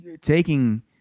taking